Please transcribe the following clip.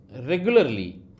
regularly